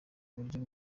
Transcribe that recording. uburyo